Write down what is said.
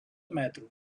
metro